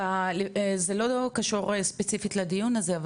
זה לא קשור ספציפית לדיון הזה,